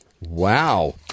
Wow